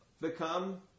become